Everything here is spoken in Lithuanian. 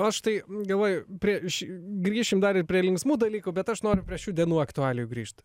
aš tai galvoju prieš grįšim dar ir prie linksmų dalykų bet aš noriu prie šių dienų aktualijų grįžt